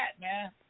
man